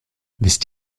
wisst